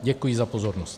Děkuji za pozornost.